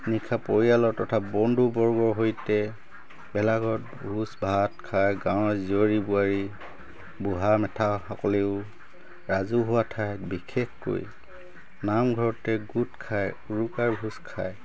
নিশা পৰিয়ালৰ তথা বন্ধু বৰ্গৰ সৈতে ভেলাঘৰত ভোজ ভাত খাই গাঁৱৰ জীয়ৰী বোৱাৰী বুঢ়া মেথা সকলেও ৰাজহুৱা ঠাইত বিশেষকৈ নামঘৰতে গোট খাই উৰুকাৰ ভোজ খায়